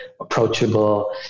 approachable